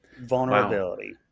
Vulnerability